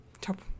Top